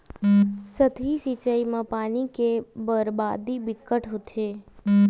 सतही सिचई म पानी के बरबादी बिकट होथे